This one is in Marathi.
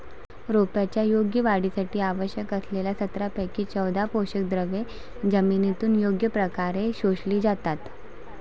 रोपांच्या योग्य वाढीसाठी आवश्यक असलेल्या सतरापैकी चौदा पोषकद्रव्ये जमिनीतून योग्य प्रकारे शोषली जातात